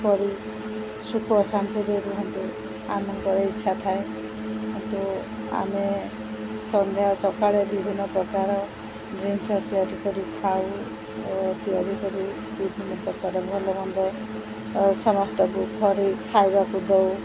କରି ସୁଖ ଶାନ୍ତିରେ ରୁହନ୍ତୁ ଆମମାନଙ୍କର ଇଚ୍ଛା ଥାଏ କିନ୍ତୁ ଆମେ ସନ୍ଧ୍ୟା ସକାଳେ ବିଭିନ୍ନ ପ୍ରକାର ଜିନିଷ ତିଆରି କରି ଖାଉ ତିଆରି କରି ବିଭିନ୍ନ ପ୍ରକାର ଭଲମନ୍ଦ ଆଉ ସମସ୍ତଙ୍କୁ ଘରେ ଖାଇବାକୁ ଦଉ